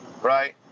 right